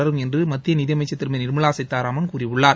தொடரும் என்று மத்திய நிதி அமைச்சர் திருமதி நிர்மலா சீதாராமன் கூறியுள்ளார்